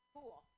Cool